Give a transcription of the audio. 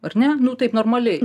ar ne nu taip normaliai